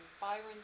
Byron